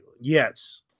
yes